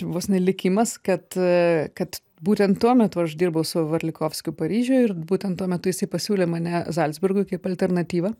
vos ne likimas kad kad būtent tuo metu aš dirbau su varlikovskiu paryžiuj ir būtent tuo metu jisai pasiūlė mane zalcburgui kaip alternatyvą